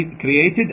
Created